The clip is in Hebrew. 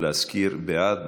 להזכיר: בעד,